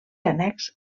annex